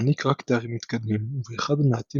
מעניק רק תארים מתקדמים – והוא אחד המעטים